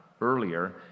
earlier